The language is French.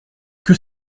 que